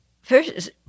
First